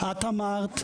אמרת,